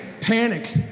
panic